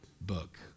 book